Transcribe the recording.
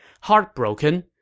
Heartbroken